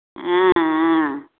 ஆ ஆ